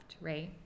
right